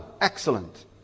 Excellent